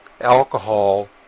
Alcohol